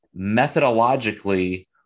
methodologically